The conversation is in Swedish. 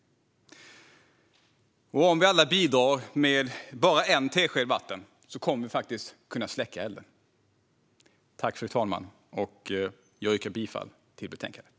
Och om vi alla bidrar med bara en tesked vatten kommer vi faktiskt att kunna släcka elden. Fru talman! Jag yrkar bifall till förslaget i betänkandet.